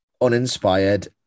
uninspired